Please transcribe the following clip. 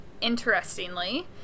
interestingly